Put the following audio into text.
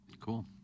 Cool